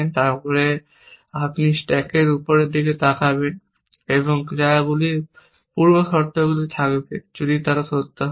এবং তারপরে আপনি স্ট্যাকের উপরের দিকে তাকাবেন এবং ক্রিয়াগুলির পূর্ব শর্তগুলি থাকবে। যদি তারা সত্য হয়